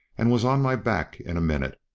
and was on my back in a minute.